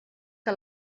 que